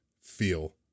feel